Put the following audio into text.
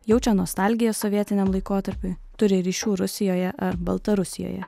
jaučia nostalgiją sovietiniam laikotarpiui turi ryšių rusijoje ar baltarusijoje